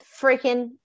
freaking